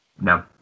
No